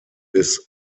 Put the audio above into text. bis